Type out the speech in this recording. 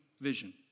vision